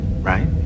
Right